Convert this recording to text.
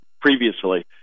previously